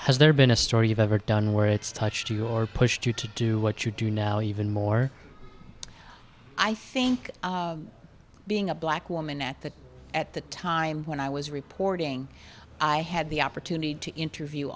has there been a story you've ever done where it's touched your push to to do what you do now even more i think being a black woman at that at the time when i was reporting i had the opportunity to interview